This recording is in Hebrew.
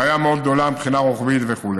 בעיה מאוד גדולה מבחינה רוחבית וכו'.